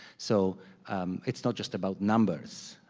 so it's not just about numbers,